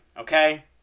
okay